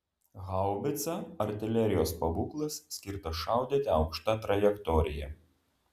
haubica artilerijos pabūklas skirtas šaudyti aukšta trajektorija